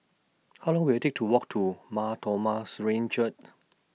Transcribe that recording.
How Long Will IT Take to Walk to Mar Thoma Syrian Church